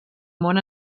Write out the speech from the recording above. món